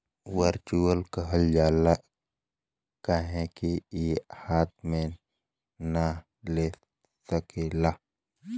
virtual कहल जाला काहे कि ई हाथ मे ना ले सकेला